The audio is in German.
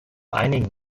einigen